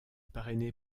parrainé